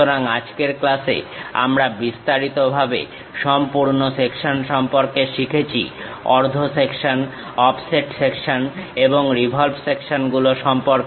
সুতরাং আজকের ক্লাসে আমরা বিস্তারিতভাবে সম্পূর্ণ সেকশন সম্পর্কে শিখেছি অর্ধ সেকশন অফসেট সেকশন এবং রিভলভ সেকশনগুলো সম্পর্কে